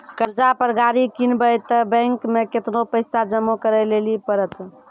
कर्जा पर गाड़ी किनबै तऽ बैंक मे केतना पैसा जमा करे लेली पड़त?